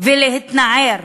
ולהתנער